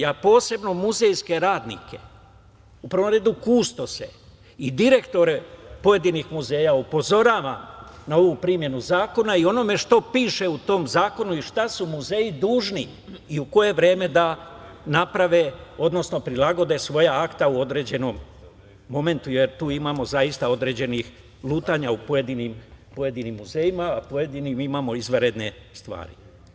Ja posebno muzejske radnike, u prvom redu kustose i direktore pojedinih muzeja upozoravam na ovu primenu zakona i na ono što piše u tom zakonu i šta su muzeji dužni i u koje vreme da naprave, odnosno prilagode svoja akta u određenom momentu, jer tu imamo zaista određenih lutanja u pojedinim muzejima, dok u pojedinim imamo izvanredne stvari.